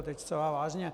Teď zcela vážně.